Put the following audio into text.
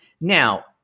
Now